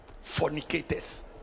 fornicators